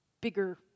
bigger